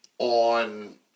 On